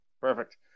Perfect